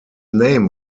name